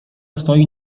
stoi